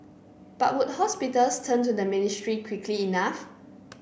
but would hospitals turn to the ministry quickly enough